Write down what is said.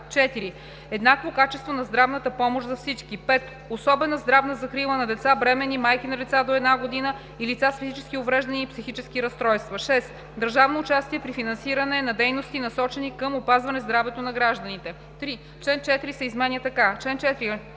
4. еднакво качество на здравната помощ за всички; 5. особена здравна закрила на деца, бременни, майки на деца до една година и лица с физически увреждания и психически разстройства; 6. държавно участие при финансиране на дейности, насочени към опазване здравето на гражданите.“ 3. Чл. 4 се изменя така: